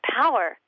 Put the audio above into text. power